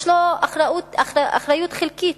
יש לו אחריות חלקית,